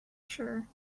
sure